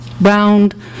round